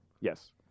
Yes